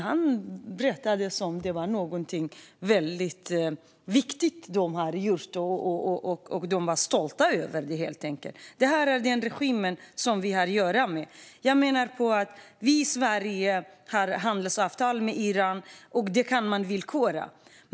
Han sa det som att det var någonting viktigt de gjort och någonting de helt enkelt var stolta över. Detta är den regim vi har att göra att med. Jag menar att det handelsavtal som Sverige har med Iran kan villkoras.